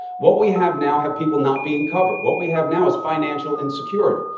what we have now have people not being covered. what we have now is financial insecurity.